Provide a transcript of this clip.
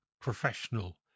professional